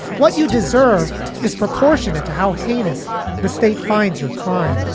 what you deserve is proportionate to how heinous the state finds your crime,